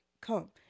come